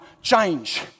Change